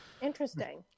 Interesting